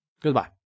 Goodbye